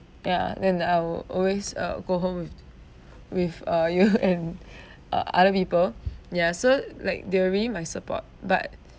ya then I will always uh go home with with uh you and uh other people ya so they were really my support but